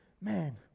man